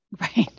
Right